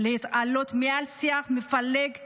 להתעלות מעל שיח מפלג וגזעני,